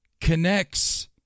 connects